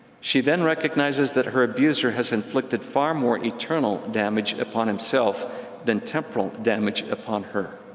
she then recognizes that her abuser has inflicted far more eternal damage upon himself than temporal damage upon her.